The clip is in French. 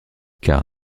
car